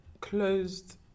closed